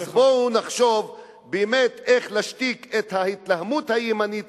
אז בואו נחשוב באמת איך להשתיק את ההתלהמות הימנית